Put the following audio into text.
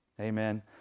Amen